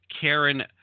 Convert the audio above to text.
Karen